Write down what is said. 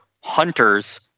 hunters